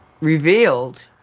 revealed